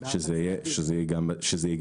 כך שהמספר יהיה גם בצדדים.